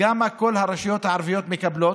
ואינני יכול להגיד היום כנסת נכבדה,